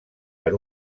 per